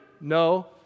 No